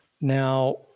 Now